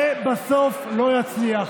זה בסוף לא יצליח.